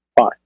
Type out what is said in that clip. fine